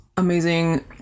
amazing